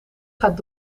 gaat